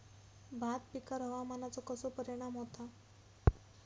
भात पिकांर हवामानाचो कसो परिणाम होता?